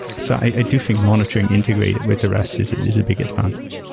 so i do think monitoring integrated with the rest is is a big advantage.